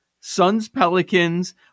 Suns-Pelicans